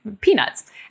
peanuts